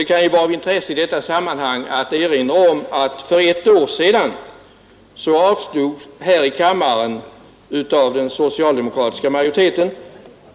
Då kan det vara av intresse att i detta sammanhang erinra om att för ett år sedan avslog